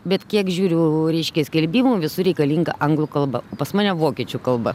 bet kiek žiūriu reiškia skelbimų visur reikalinga anglų kalba pas mane vokiečių kalba